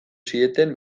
zieten